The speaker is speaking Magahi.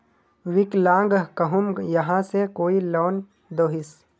विकलांग कहुम यहाँ से कोई लोन दोहिस?